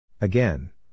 Again